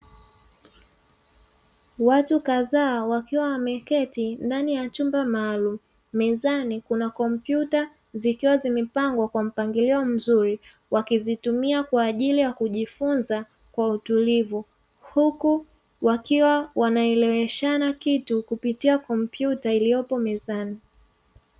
Watu kadhaa wakiwa wameketi ndani ya chumba maalumu, mezani kuna kompyuta zikiwa zimepangwa kwa mpangilio mzuri, wakizitumia kwa ajili ya kujifunza kwa utulivu, huku wakiwa wanaeleweshana kitu kupitia kompyuta iliyopo mezani.